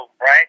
right